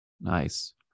Nice